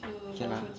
K lah